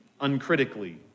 uncritically